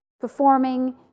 performing